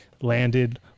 landed